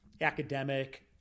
academic